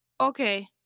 Okay